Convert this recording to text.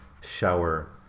shower